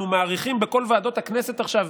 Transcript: אנחנו מאריכים בכל ועדות הכנסת עכשיו,